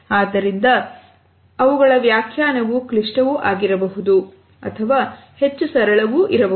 ಆದ್ದರಿಂದ ಬಡತನ ವ್ಯಾಖ್ಯಾನವು ಕ್ಲಿಷ್ಟವೂ ಆಗಿರಬಹುದು ಅಥವಾ ಹೆಚ್ಚು ಸರಳಗೊಳಿಸಲುಬಹುದು